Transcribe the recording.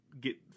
get